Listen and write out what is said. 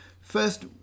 First